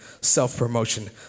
self-promotion